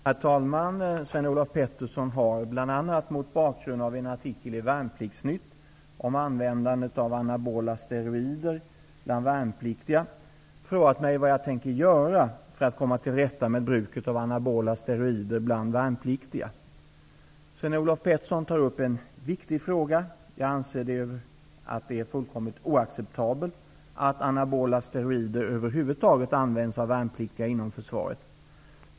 Herr talman! Sven-Olof Petersson har -- bl.a. mot bakgrund av en artikel i Värnpliktsnytt om användandet av anabola steroider bland värnpliktiga -- frågat mig vad jag tänker göra för att komma till rätta med bruket av anabola steroider bland värnpliktiga. Sven-Olof Petersson tar upp en viktig fråga. Jag anser att det är fullkomligt oacceptabelt att anabola steroider över huvud taget används av värnpliktiga inom försvaret.